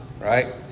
right